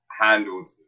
handled